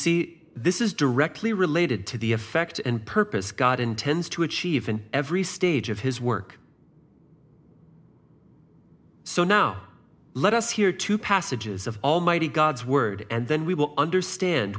see this is directly related to the effect and purpose god intends to achieve in every stage of his work so now let us hear two passages of almighty god's word and then we will understand